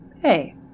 hey